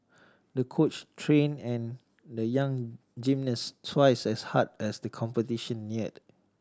the coach train an the young gymnast twice as hard as the competition neared